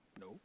No